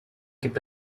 gibt